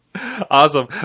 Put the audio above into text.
awesome